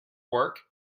work